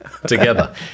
Together